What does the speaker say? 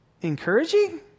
encouraging